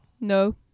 No